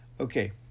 Okay